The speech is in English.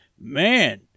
Man